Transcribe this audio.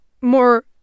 more